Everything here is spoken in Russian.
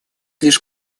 лишь